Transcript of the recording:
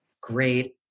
Great